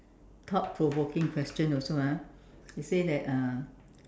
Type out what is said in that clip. thought provoking question also ah it say that um